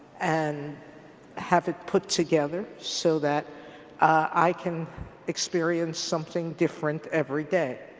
and have it put together so that i can experience something different every day.